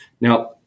Now